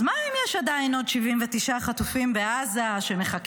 אז מה אם יש עדיין עוד 79 חטופים בעזה שמחכים,